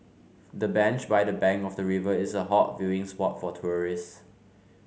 the bench by the bank of the river is a hot viewing spot for tourists